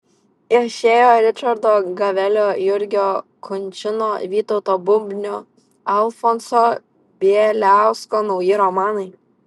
išėjo ričardo gavelio jurgio kunčino vytauto bubnio alfonso bieliausko nauji romanai